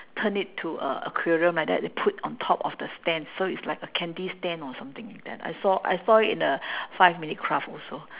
turn it to a aquarium like they put on top of the stand so it's like a candy stand or something like that I saw I saw it in a five minute craft also